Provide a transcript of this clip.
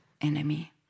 enemy